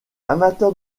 amateur